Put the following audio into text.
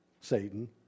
Satan